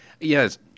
Yes